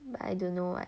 but I don't know what